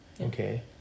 Okay